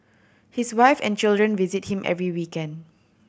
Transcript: his wife and children visit him every weekend